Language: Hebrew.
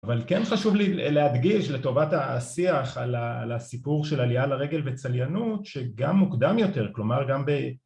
אבל כן חשוב להדגיש לטובת השיח על הסיפור של עלייה לרגל וצליינות שגם מוקדם יותר, כלומר גם ב...